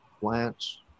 Plants